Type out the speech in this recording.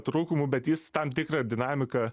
trūkumų bet jis tam tikrą dinamiką